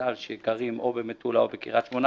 צד"ל שגרים או במטולה או בקריית שמונה,